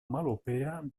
melopea